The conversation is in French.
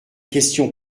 questions